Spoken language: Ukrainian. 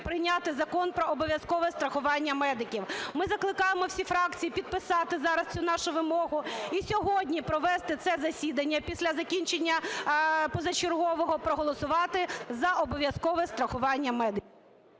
прийняти Закон про обов'язкове страхування медиків. Ми закликаємо всі фракції підписати зараз цю нашу вимогу і сьогодні провести це засідання, після закінчення позачергового, проголосувати за обов'язкове страхування медиків.